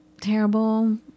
terrible